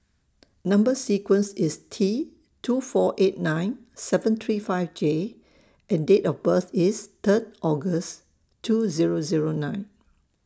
Number sequence IS T two four eight nine seven three five J and Date of birth IS Third August two Zero Zero nine